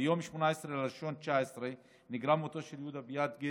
ביום 18 בינואר 2019 נגרם מותו של יהודה ביאדגה,